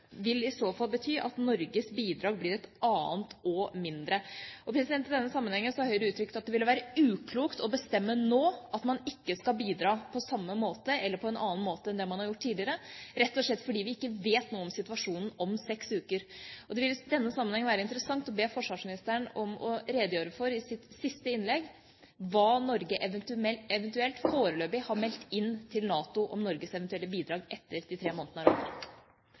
vil i så fall bety at Norges bidrag blir «et annet og mindre omfattende». I denne sammenhengen har Høyre uttrykt at det ville være uklokt å bestemme nå at man ikke skal bidra på samme måte eller på en annen måte enn det man har gjort tidligere, rett og slett fordi vi ikke vet noe om situasjonen om seks uker. Det vil i denne sammenheng være interessant å be forsvarsministeren i sitt siste innlegg om å redegjøre for hva man foreløpig har meldt inn til NATO om Norges eventuelle bidrag etter at de tre månedene er over.